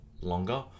longer